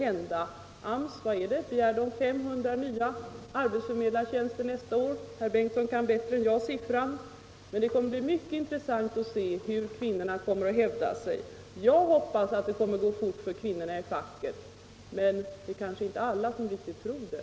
Begär AMS 500 nya arbetsförmedlartjänster nästa år? Herr Bengtsson kan siffran bättre än jag. Det skall bli mycket intressant att se hur kvinnorna kommer att hävda sig. Jag hoppas att det kommer att gå fort för kvinnorna i facket, men det är kanske inte alla som riktigt tror det.